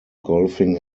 golfing